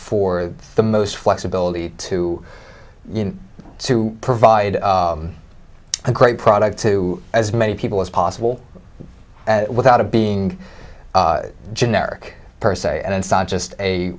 for the most flexibility to to provide a great product to as many people as possible without it being generic per se and it's not